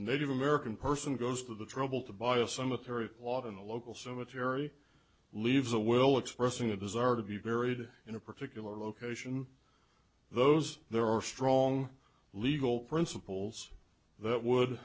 native american person goes to the trouble to buy a cemetery lot and a local cemetery leaves a well expressing a desire to be buried in a particular location those there are strong legal principles that would